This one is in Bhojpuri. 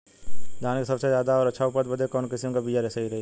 धान क सबसे ज्यादा और अच्छा उपज बदे कवन किसीम क बिया सही रही?